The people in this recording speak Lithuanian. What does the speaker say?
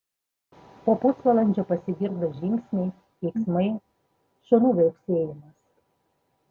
po pusvalandžio pasigirdo žingsniai keiksmai šunų viauksėjimas